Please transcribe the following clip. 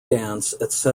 dance